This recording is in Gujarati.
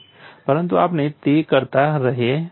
પરંતુ આપણે તે કરતા રહીએ છીએ